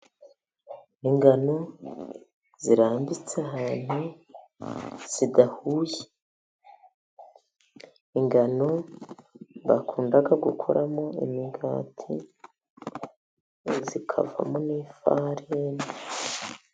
Ingano zirambitse ahantu zidahuye. Ingano bakunda gukuramo imigati, zikavamo n'ifarini.